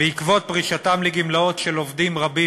בעקבות פרישתם לגמלאות של עובדים רבים